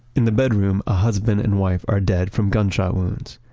in the bedroom, a husband and wife are dead from gunshot wounds.